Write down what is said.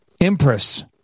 empress